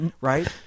Right